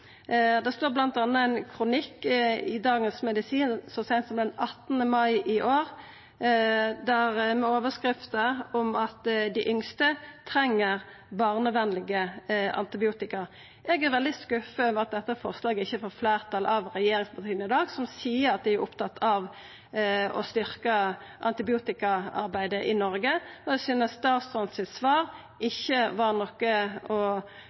Det stod bl.a. ein kronikk i Dagens Medisin så seint som den 18. mai i år med overskrifta «De yngste trenger barnevennlig antibiotika». Eg er veldig skuffa over at dette forslaget ikkje får fleirtal med regjeringspartia i dag, som seier at dei er opptatt av å styrkja antibiotikaarbeidet i Noreg. Eg synest statsråden sitt svar ikkje var